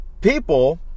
people